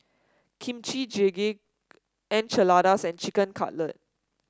Kimchi Jjigae Quesadillas and Chicken Cutlet